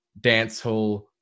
dancehall